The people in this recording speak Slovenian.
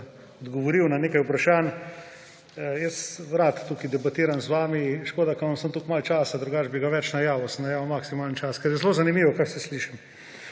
odgovoril na nekaj vprašanj. Jaz rad tukaj debatiram z vami, škoda, ker imam samo tako malo časa, drugače bi ga več najavil, sem najavil maksimalen čas, ker je zelo zanimivo, kar slišim.